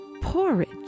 Porridge